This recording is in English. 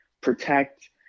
protect